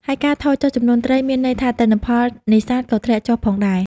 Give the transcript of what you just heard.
ហើយការថយចុះចំនួនត្រីមានន័យថាទិន្នផលនេសាទក៏ធ្លាក់ចុះផងដែរ។